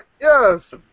Yes